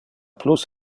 plus